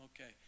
Okay